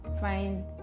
Find